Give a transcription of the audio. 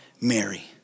Mary